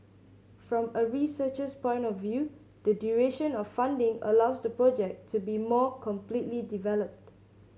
from a researcher's point of view the duration of funding allows the project to be more completely developed